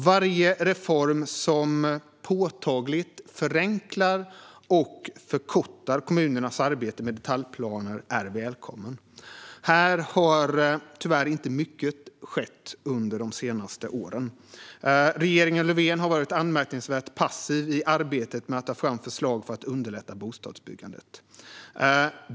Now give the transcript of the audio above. Varje reform som påtagligt förenklar och förkortar kommunernas arbete med detaljplaner är välkommen. Här har tyvärr inte mycket skett under de senaste åren. Regeringen Löfven har varit anmärkningsvärt passiv i arbetet med att ta fram förslag för att underlätta bostadsbyggandet.